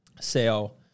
sale